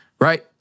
Right